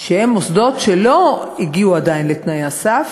שהם מוסדות שעדיין לא הגיעו לתנאי הסף.